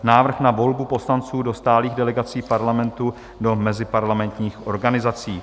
Návrh na volbu poslanců do stálých delegací Parlamentu do meziparlamentních organizací